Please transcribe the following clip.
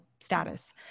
status